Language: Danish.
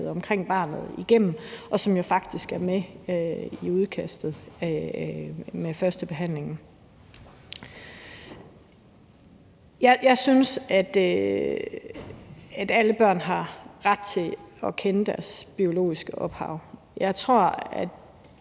omkring barnet igennem, hvilket jo faktisk er med i udkastet, der er til førstebehandling. Jeg synes, at alle børn har ret til at kende deres biologiske ophav. Jeg tror, at